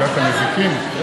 כן?